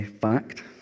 fact